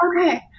Okay